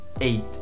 eight